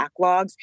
backlogs